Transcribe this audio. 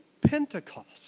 Pentecost